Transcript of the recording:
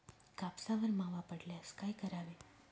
कापसावर मावा पडल्यास काय करावे?